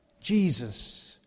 Jesus